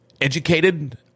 educated